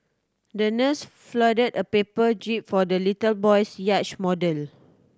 the nurse folded a paper jib for the little boy's yacht model